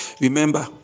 Remember